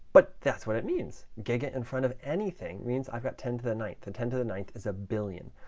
but that's what it means. giga in front of anything means i've got ten to the ninth. and tenth to the ninth is a billion.